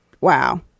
wow